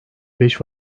beş